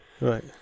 right